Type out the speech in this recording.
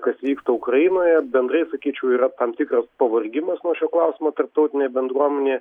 kas vyksta ukrainoje bendrai sakyčiau yra tam tikras pavargimas nuo šio klausimo tarptautinėj bendruomenėje